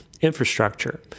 infrastructure